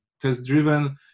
test-driven